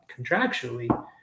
contractually